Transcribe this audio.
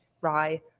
rye